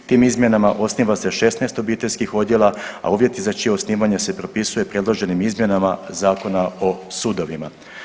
Tim izmjenama osniva se 16 obiteljskih odjela, a uvjeti za čije osnivanje se propisuje predloženim izmjenama Zakona o sudovima.